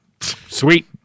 Sweet